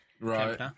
Right